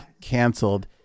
canceled